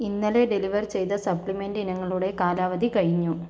ഇന്നലെ ഡെലിവർ ചെയ്ത സപ്ലിമെന്റ് ഇനങ്ങളുടെ കാലാവധി കഴിഞ്ഞു